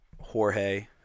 Jorge